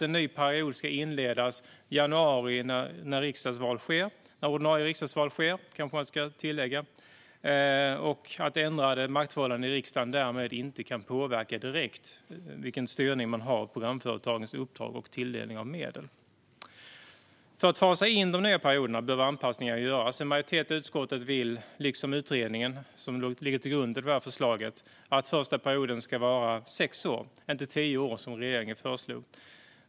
En ny period ska inledas i januari samma år som det hålls ordinarie - kanske man ska tillägga - riksdagsval. Ändrade maktförhållanden i riksdagen kan därmed inte direkt påverka vilken styrning man har av programföretagens uppdrag och tilldelning av medel. För att fasa in de nya perioderna behöver anpassningar göras. En majoritet i utskottet vill, liksom utredningen som ligger till grund för förslaget, att den första perioden ska vara sex år och inte tio år, som regeringen föreslog.